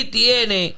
tiene